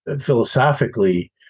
philosophically